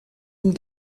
ihm